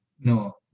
no